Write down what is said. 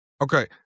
Okay